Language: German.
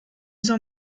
soll